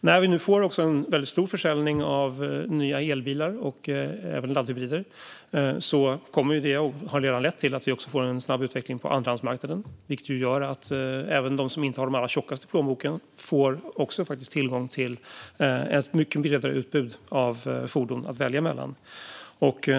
När vi nu får en stor försäljning av nya elbilar och laddhybrider kommer det att leda till - och har redan lett till - att vi också får en snabb utveckling på andrahandsmarknaden, vilket gör att även den som inte har den allra tjockaste plånboken får tillgång till ett mycket bredare utbud av fordon att välja bland.